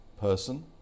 person